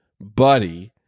buddy